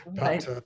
Right